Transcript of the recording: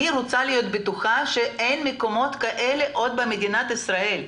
אני רוצה להיות בטוחה שאין עוד מקומות כאלה במדינת ישראל.